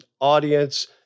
audience